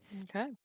Okay